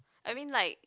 I mean like